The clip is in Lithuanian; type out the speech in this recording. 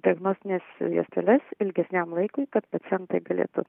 diagnostines juosteles ilgesniam laikui kad pacientai galėtų